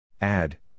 Add